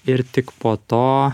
ir tik po to